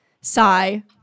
sigh